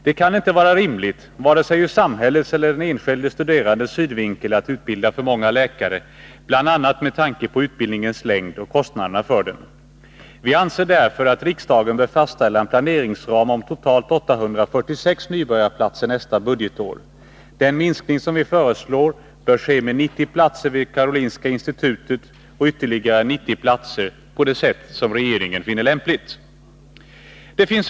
Det kan inte vara rimligt, vare sig ur samhällets eller den enskilde studerandes synvinkel, att utbilda för många läkare, bl.a. med tanke på utbildningens längd och kostnaderna för den. Vi anser därför att riksdagen bör fastställa en planeringsram om totalt 846 nybörjarplatser nästa budgetår. Den minskning som vi föreslår bör ske med 90 platser vid Karolinska institutet och ytterligare 90 platser på det sätt som regeringen finner lämpligt.